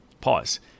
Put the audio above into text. Pause